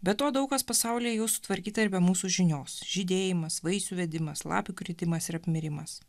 be to daug kas pasaulyje jau sutvarkyta ir be mūsų žinios žydėjimas vaisių vedimas lapų kritimas ir apmirimas